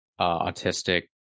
autistic